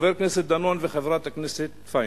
חבר הכנסת דנון וחברת הכנסת פניה,